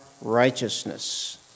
righteousness